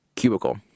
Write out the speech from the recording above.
cubicle